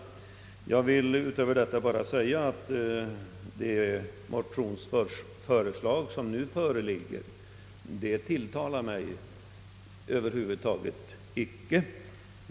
Jag vill utöver detta bara säga, att det motionsförslag som nu föreligger över huvud taget icke tilltalar mig.